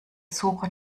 suche